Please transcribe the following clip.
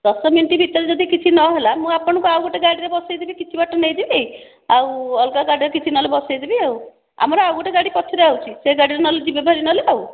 ଦଶ ମିନିଟ ଭିତରେ ଯଦି କିଛି ନ ହେଲା ମୁଁ ଆପଣଙ୍କୁ ଆଉ ଗୋଟିଏ ଗାଡ଼ିରେ ବସେଇଦେବି କିଛି ବାଟ ନେଇଯିବି ଆଉ ଅଲଗା ଗାଡ଼ିରେ କିଛି ନହେଲେ ବସେଇଦେବି ଆଉ ଆମର ଆଉ ଗୋଟିଏ ଗାଡ଼ି ପଛରେ ଆସୁଛି ସେହି ଗାଡ଼ିରେ ନହେଲେ ଯିବେ ଭାରି ନହେଲେ ଆଉ